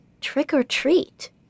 trick-or-treat